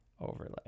overlay